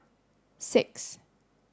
six